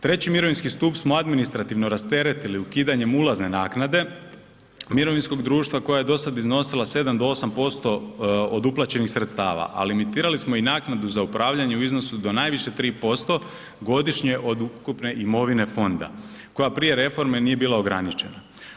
Treći mirovinski stup smo administrativno rasteretili ukidanjem ulazne naknade mirovinskog društva koja je do sada iznosila 7 do 8% od uplaćenih sredstva, a limitirali smo i naknadu za upravljanje u iznosu do najviše 3% godine od ukupne imovine fonda koja prije reforme nije bila ograničena.